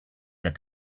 that